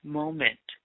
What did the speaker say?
moment